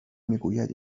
میگوید